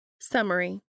Summary